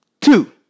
Two